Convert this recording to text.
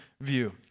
view